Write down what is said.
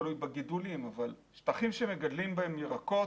בגידולים, אבל שטחים שמגדלים בהם ירקות,